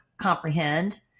comprehend